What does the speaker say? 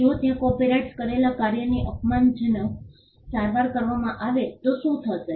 જો ત્યાં કોપિરાઇટ કરેલા કાર્યની અપમાનજનક સારવાર કરવામાં આવે તો શું થશે